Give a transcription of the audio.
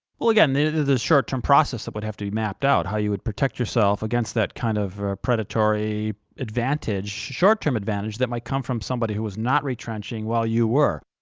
well again, and there's a short-term process that would have to be mapped out, how you would protect yourself against that kind of predatory advantage, short-term advantage that might come from somebody who was not retrenching while you were.